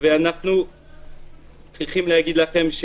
ואנחנו צריכים להגיד לכם,